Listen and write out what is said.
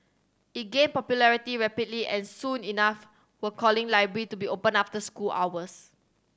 it gained popularity rapidly and soon enough were calling library to be opened after school hours